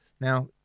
Now